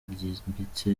ryimbitse